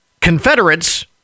Confederates